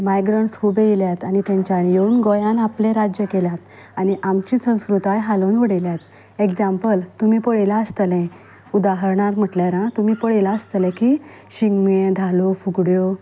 migrants खूब येल्यात आनी तेंच्यांनी येवन गोंयांत आपले राज्य केलां आनी आमची संस्कृताय हालोवन उडयल्या एक्जाम्पल तुमी पळयलां आसतलें उदाहरणाक म्हटल्यार आं तुमी पळयलां आसतलें की शिगमे धालो फुगड्यो